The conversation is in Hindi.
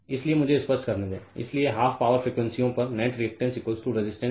इसलिए मुझे यह स्पष्ट करने दें इसलिए 12 पावर फ्रीक्वेंसीयों पर नेट रेअक्टैंस रेजिस्टेंस